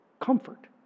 comfort